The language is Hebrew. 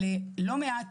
על לא מעט